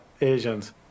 Asians